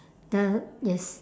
the yes